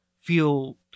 feel